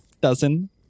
dozen